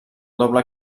doble